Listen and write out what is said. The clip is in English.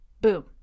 Boom